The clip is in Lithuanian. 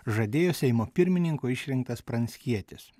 žadėjo seimo pirmininku išrinktas pranckietis